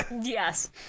Yes